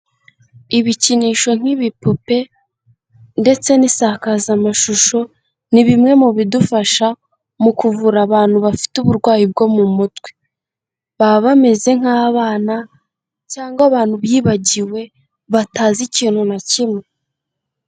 Ibikinisho nk'ibipupe ndetse n'isakazamashusho, ni bimwe mu bidufasha mu kuvura abantu bafite uburwayi bwo mu mutwe, baba bameze nk'abana cyangwa abantu bibagiwe batazi ikintu na kimwe.